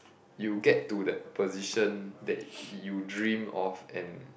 you get to that position that you dream of and